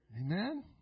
Amen